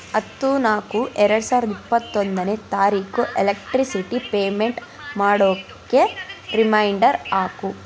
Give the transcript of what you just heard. ಹತ್ತು ನಾಲ್ಕು ಎರಡು ಸಾವಿರದ ಇಪ್ಪತ್ತೊಂದನೇ ತಾರೀಕು ಎಲೆಕ್ಟ್ರಿಸಿಟಿ ಪೇಮೆಂಟ್ ಮಾಡೋಕ್ಕೆ ರಿಮೈಂಡರ್ ಹಾಕು